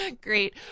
Great